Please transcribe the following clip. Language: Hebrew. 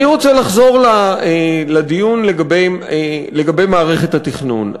אני רוצה לחזור לדיון לגבי מערכת התכנון.